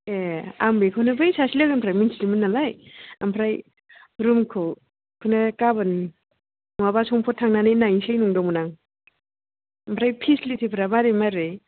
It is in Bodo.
ए आं बेखौनो बै सासे लोगोनिफ्राय मिन्थिदोंमोन नालाय आमफ्राय रुमखौ बेखौनो गाबोन नङाब्ला संफोर थांनानै नायसै नंदोंमोन आं आमफ्राय फिसिलिटिफ्रा मारै मारै